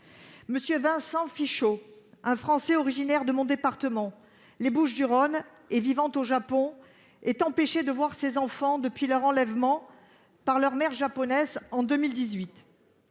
M. Vincent Fichot, un Français originaire de mon département, les Bouches-du-Rhône, et vivant au Japon, est empêché de voir ses enfants depuis leur enlèvement par leur mère japonaise en 2018.